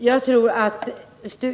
Fru talman!